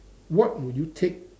what would you take